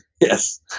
Yes